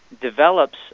develops